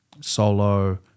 Solo